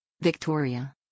Victoria